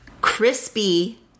Crispy